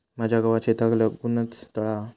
माझ्या गावात शेताक लागूनच तळा हा